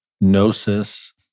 gnosis